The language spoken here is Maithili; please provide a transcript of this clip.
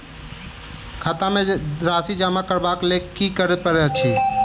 खाता मे राशि जमा करबाक लेल की करै पड़तै अछि?